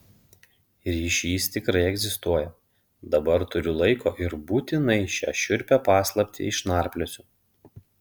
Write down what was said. ryšys tikrai egzistuoja dabar turiu laiko ir būtinai šią šiurpią paslaptį išnarpliosiu